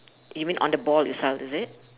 even on the ball itself is it